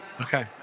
Okay